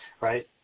right